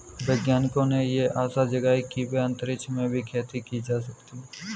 वैज्ञानिकों ने यह आशा जगाई है कि अंतरिक्ष में भी खेती की जा सकेगी